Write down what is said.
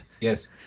Yes